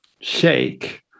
shake